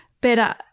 better